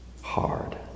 hard